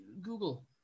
Google